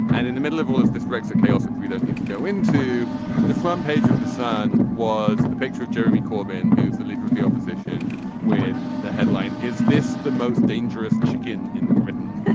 and in the middle of all of this brexit chaos which we don't need to go into the front page of the sun was a picture of jeremy corbyn who is the leader of the opposition with the headline. is this the most dangerous chicken in britain.